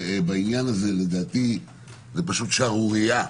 לדעתי זו שערורייה.